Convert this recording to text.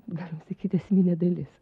galima sakyt esminė dalis